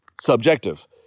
subjective